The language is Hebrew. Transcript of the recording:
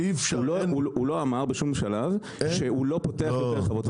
הוא לא אמר בשום שלב שהוא לא פותח יותר חוות הסגר.